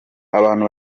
abantu